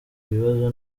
ibibazo